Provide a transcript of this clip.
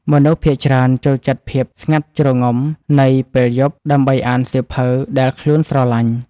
មនុស្សភាគច្រើនចូលចិត្តភាពស្ងាត់ជ្រងំនៃពេលយប់ ដើម្បីអានសៀវភៅដែលខ្លួនស្រឡាញ់។